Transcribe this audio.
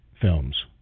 films